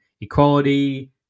equality